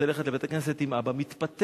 רוצה ללכת לבית-הכנסת עם אבא, מתפתה.